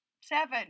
Seven